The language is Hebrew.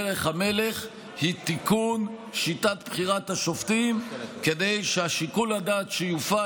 דרך המלך היא תיקון שיטת בחירת השופטים כדי ששיקול הדעת שיופעל